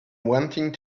wanting